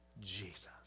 Jesus